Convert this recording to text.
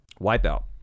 wipeout